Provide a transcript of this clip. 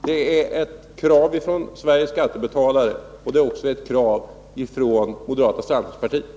Det är ett krav från Sveriges skattebetalare, och det är också ett krav från moderata samlingspartiet.